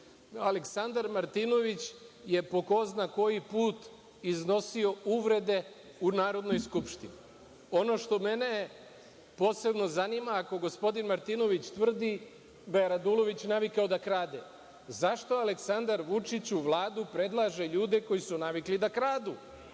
desilo. Aleksandar Martinović je po ko zna koji put iznosio uvrede u Narodnoj skupštini. Ono što mene posebno zanima, ako gospodin Martinović tvrdi da je Radulović navikao da krade, zašto Aleksandar Vučić u Vladu predlaže ljude koji su navikli da kradu?